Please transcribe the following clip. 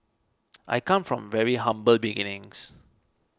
I come from very humble beginnings